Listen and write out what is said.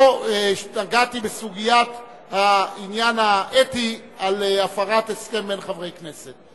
לא נגעתי בסוגיית העניין האתי של הפרת הסכם בין חברי כנסת.